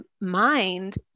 mind